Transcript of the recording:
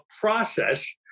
process